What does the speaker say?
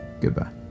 Goodbye